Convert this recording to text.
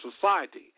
society